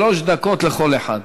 שלוש דקות לכל אחד.